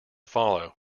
follow